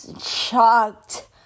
shocked